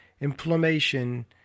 Inflammation